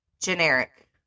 generic